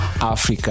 Africa